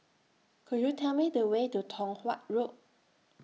Could YOU Tell Me The Way to Tong Watt Road